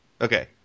Okay